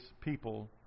people